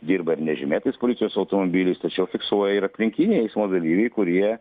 dirba nežymėtais policijos automobiliais tačiau fiksuoja ir aplinkiniai eismo dalyviai kurie